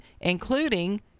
including